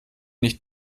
nicht